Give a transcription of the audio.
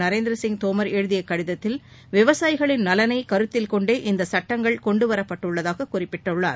நரேந்திர சிங் தோமர் எழுதிய கடிதத்தில் விவசாயிகளின் நலனை கருத்தில் கொண்டே இந்த சுட்டங்கள் கொண்டுவரப்பட்டுள்ளதாககுறிப்பிட்டுள்ளார்